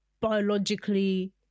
biologically